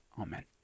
Amen